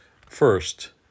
First